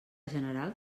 general